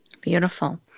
Beautiful